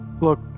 Look